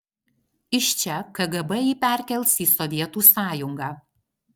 iš čia kgb jį perkels į sovietų sąjungą